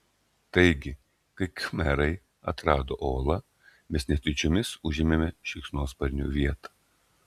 taigi kai khmerai atrado olą mes netyčiomis užėmėme šikšnosparnių vietą